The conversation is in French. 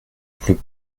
pleut